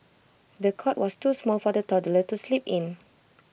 the cot was too small for the toddler to sleep in